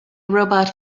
robot